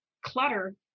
clutter